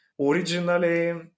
Originally